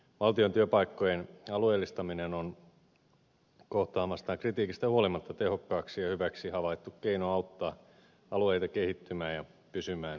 valtion työpaikkojen alueellistaminen on kohtaamastaan kritiikistä huolimatta tehokkaaksi ja hyväksi havaittu keino auttaa alueita kehittymään ja pysymään elinvoimaisina